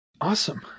Awesome